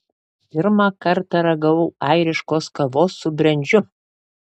pirmą kartą ragavau airiškos kavos su brendžiu